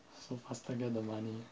so faster get the money